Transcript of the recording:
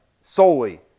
solely